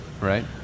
right